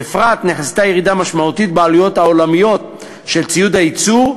בפרט נחזתה ירידה משמעותית בעלויות העולמיות של ציוד הייצור,